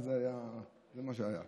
אז זה מה שהיה.